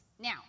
Now